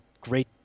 great